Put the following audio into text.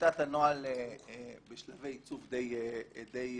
טיוטת הנוהל בשלבי עיצוב די גמורים.